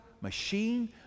machine